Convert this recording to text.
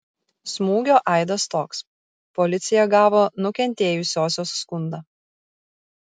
smūgio aidas toks policija gavo nukentėjusiosios skundą